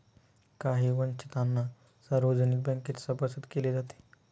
काही वंचितांना सार्वजनिक बँकेत सभासद केले जाते